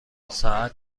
ساعت